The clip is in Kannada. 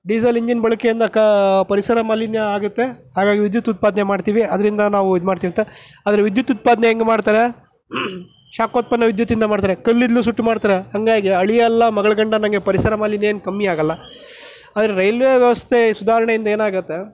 ಡೀಸೆಲ್ ಇಂಜಿನ್ ಬಳಕೆಯಿಂದ ಕಾ ಪರಿಸರ ಮಾಲಿನ್ಯ ಆಗುತ್ತೆ ಹಾಗಾಗಿ ವಿದ್ಯುತ್ ಉತ್ಪಾದನೆ ಮಾಡ್ತೀವಿ ಅದರಿಂದ ನಾವು ಇದು ಮಾಡ್ತೀವಂತ ಆದರೆ ವಿದ್ಯುತ್ ಉತ್ಪಾದನೆ ಹೇಗೆ ಮಾಡ್ತಾರೆ ಶಾಖ ಉತ್ಪಾದನೆ ವಿದ್ಯುತ್ ಇಂದ ಮಾಡ್ತಾರೆ ಕಲ್ಲಿದ್ದಲು ಸುಟ್ಟು ಮಾಡ್ತಾರೆ ಹಾಗಾಗಿ ಅಳಿಯ ಅಲ್ಲ ಮಗಳ ಗಂಡ ಅನ್ನೋ ಹಾಗೆ ಪರಿಸರ ಮಾಲಿನ್ಯ ಏನು ಕಮ್ಮಿ ಆಗಲ್ಲ ಆದರೆ ರೈಲ್ವೆ ವ್ಯವಸ್ಥೆ ಸುಧಾರಣೆಯಿಂದ ಏನಾಗತ್ತೆ